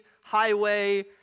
highway